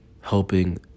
helping